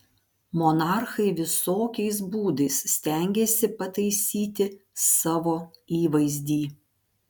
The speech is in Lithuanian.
monarchai visokiais būdais stengėsi pataisyti savo įvaizdį